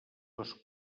les